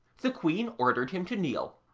the queen ordered him to kneel,